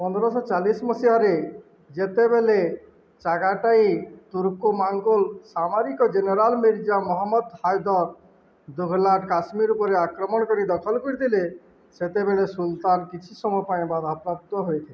ପନ୍ଦରଶହ ଚାଳିଶ ମସିହାରେ ଯେତେବେଳେ ଚାଗାଟାଇ ତୁର୍କୋମଙ୍ଗୋଲ ସାମରିକ general Mirza Muhammad Haidar Dughlat Kashmir ଉପରେ ଆକ୍ରମଣ କରି ଦଖଲ କରିଥିଲେ ସେତେବେଳେ ସୁଲତାନ କିଛି ସମୟ ପାଇଁ ବାଧାପ୍ରାପ୍ତ ହୋଇଥିଲେ